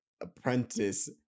apprentice